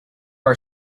our